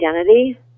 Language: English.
identity